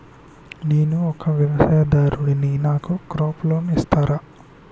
నేను ఒక వ్యవసాయదారుడిని నాకు క్రాప్ లోన్ ఇస్తారా?